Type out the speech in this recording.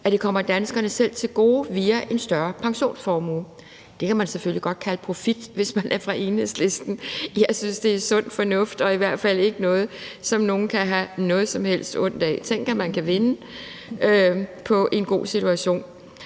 at det kommer danskerne selv til gode via en større pensionsformue. Det kan man selvfølgelig godt kalde profit, hvis man er fra Enhedslisten. Jeg synes, det er sund fornuft og i hvert fald ikke noget, som nogen kan have noget som helst ondt af. Tænk, at man kan vinde på en god situation.